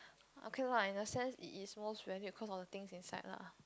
okay lah in a sense it it's most valued because all the thing inside lah